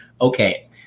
Okay